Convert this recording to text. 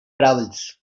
travels